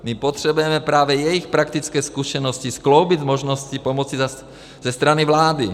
My potřebujeme právě jejich praktické zkušenosti, skloubit možnosti pomoci ze strany vlády.